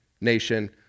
nation